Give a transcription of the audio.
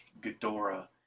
Ghidorah